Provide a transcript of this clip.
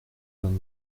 vingt